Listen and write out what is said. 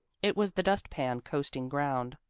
it was the dust-pan coasting ground.